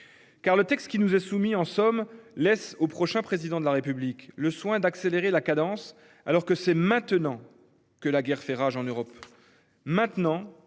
Car le texte qui nous est soumis en somme laisse au prochain président de la République le soin d'accélérer la cadence, alors que c'est maintenant que la guerre fait rage en Europe.